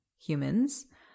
humans